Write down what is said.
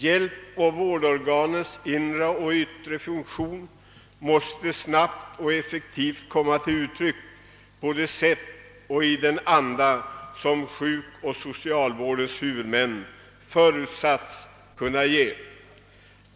Hjälpoch vårdorganens inre och yttre funktion måste snabbt och effektivt komma till uttryck på det sätt och i den anda vari sjukoch socialvårdens huvudmän förutsätts arbeta.